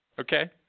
Okay